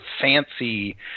fancy